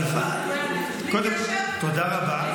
בלי קשר --- תודה רבה.